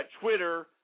Twitter